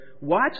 Watch